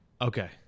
Okay